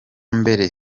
mbere